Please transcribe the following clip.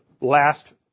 last